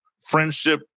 friendship